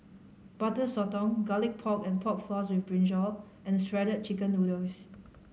Butter Sotong Garlic Pork and Pork Floss with Brinjal and Shredded Chicken Noodles